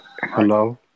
Hello